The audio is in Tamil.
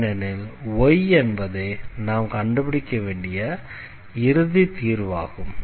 ஏனெனில் y என்பதே நாம் கண்டுபிடிக்க வேண்டிய இறுதி தீர்வாகும்